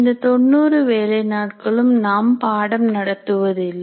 இந்த 90 வேலை நாட்களும் நாம் பாடம் நடத்துவதில்லை